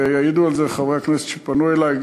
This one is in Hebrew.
ויעידו על זה חברי הכנסת שפנו אלי,